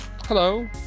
Hello